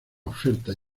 oferta